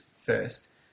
first